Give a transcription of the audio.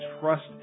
trust